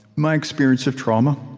my experience of trauma